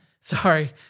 Sorry